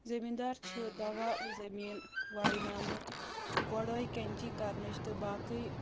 زٔمیٖندار چھِ دوا زٔمیٖن وایناونُک گۄڈٲے کنچی کرنٕچ تہٕ باقٕے